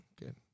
Good